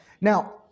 now